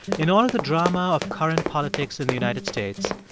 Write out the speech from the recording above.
in all of the drama of current politics in the united states,